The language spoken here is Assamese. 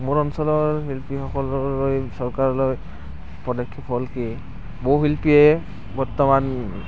মোৰ অঞ্চলৰ শিল্পীসকলৈ চৰকাৰলৈ পদক্ষেপ হ'ল কি বহু শিল্পীয়ে বৰ্তমান